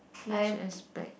huge ass bag